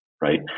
right